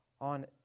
on